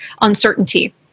uncertainty